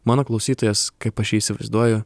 mano klausytojas kaip aš jį įsivaizduoju